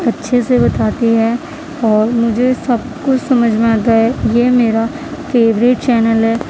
اچھے سے بتاتی ہے اور مجھے سب کچھ سمجھ میں آتا ہے یہ میرا فیوریٹ چینل ہے